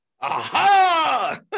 aha